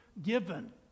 given